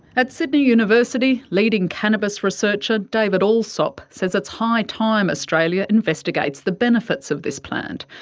at sydney university, leading cannabis researcher david allsop says it's high time australia investigates the benefits of this plant.